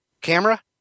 camera